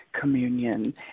communion